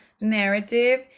narrative